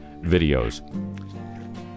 videos